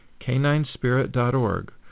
caninespirit.org